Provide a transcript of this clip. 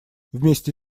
вместе